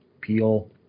peel